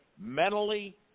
mentally